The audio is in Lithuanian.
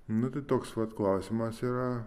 nu tai toks vat klausimas yra